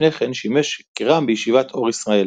שלפני כן שימש כר"מ בישיבת אור ישראל.